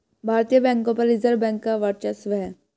भारतीय बैंकों पर रिजर्व बैंक का वर्चस्व है